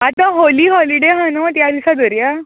आतां होली होलिडे आहा नू त्या दिसा दोवोरया